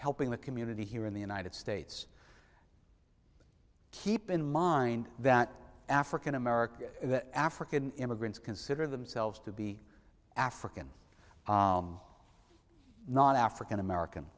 helping the community here in the united states keep in mind that african american african immigrants consider themselves to be african not african american